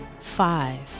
five